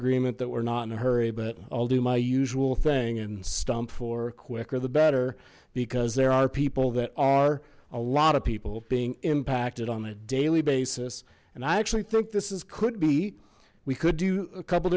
agreement that we're not in a hurry but i'll do my usual thing and stump for quicker the better because there are people that are a lot of people being impacted on a daily basis and i actually think this is could be we could do a couple